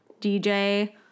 DJ